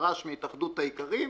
פרש מהתאחדות חקלאי ישראל.